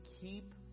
keep